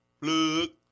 look